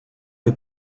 que